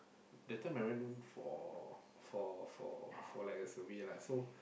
that time I went for for for for like a survey lah so